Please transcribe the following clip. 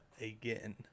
again